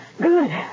Good